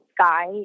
sky